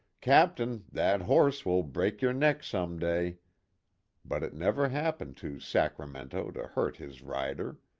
captain, that horse will break your neck some day but it never happened to sacramento to hurt his rider.